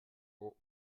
haut